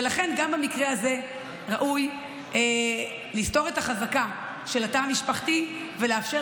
ולכן גם במקרה הזה ראוי לסתור את החזקה של התא המשפחתי ולאפשר